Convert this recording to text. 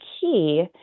key